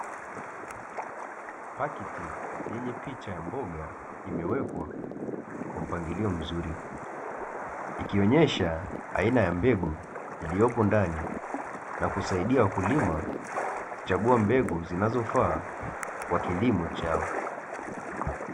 Pakiti yenye picha ya mboga imewekwa kwa mpangilio mzuri, ikionyesha aina ya mbegu iliyopo ndani na kusaidia wakulima kuchagua mbegu zinazofaa kwa kilimo chao.